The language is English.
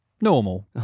normal